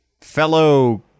fellow